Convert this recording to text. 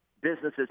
businesses